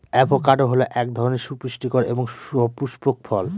avocado হল এক ধরনের সুপুষ্টিকর এবং সপুস্পক ফল